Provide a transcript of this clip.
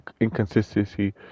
inconsistency